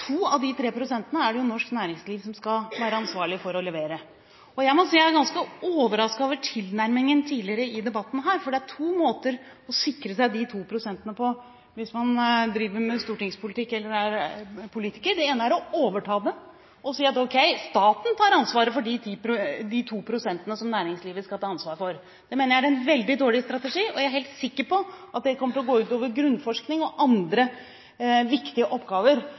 to måter å sikre seg de 2 prosentene på hvis man driver med stortingspolitikk eller er politiker. Det ene er å overta det og si at ok, staten tar ansvaret for de 2 prosentene som næringslivet skal ta ansvar for. Det mener jeg er en veldig dårlig strategi, og jeg er helt sikker på at det kommer til å gå ut over grunnforskning og andre viktige oppgaver